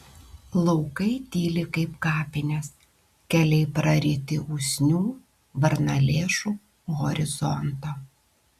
laukai tyli kaip kapinės keliai praryti usnių varnalėšų horizonto